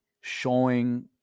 showing